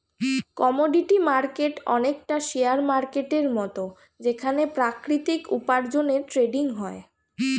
commodity market অনেকটা share মার্কেটের মত যেখানে প্রাকৃতিক উপার্জনের ট্রেডিং হয়